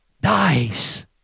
dies